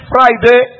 Friday